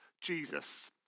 Jesus